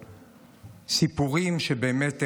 סיפורים באמת מרגשים.